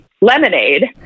lemonade